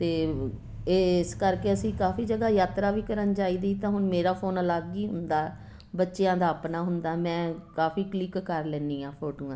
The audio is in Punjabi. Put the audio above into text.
ਅਤੇ ਇਸ ਕਰਕੇ ਅਸੀਂ ਕਾਫੀ ਜਗ੍ਹਾ ਯਾਤਰਾ ਵੀ ਕਰਨ ਜਾਈਦੀ ਤਾਂ ਹੁਣ ਮੇਰਾ ਫੋਨ ਅਲੱਗ ਹੀ ਹੁੰਦਾ ਬੱਚਿਆਂ ਦਾ ਆਪਣਾ ਹੁੰਦਾ ਮੈਂ ਕਾਫੀ ਕਲਿੱਕ ਕਰ ਲੈਂਦੀ ਹਾਂ ਫੋਟੋਆਂ